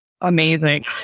amazing